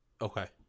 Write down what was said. Okay